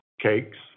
cakes